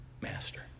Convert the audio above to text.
Master